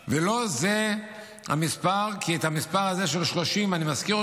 ולא זה המספר, המספר הזה, 30, אני מזכיר אותו